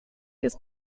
ist